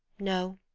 no.